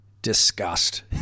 disgust